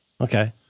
okay